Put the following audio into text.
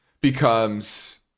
becomes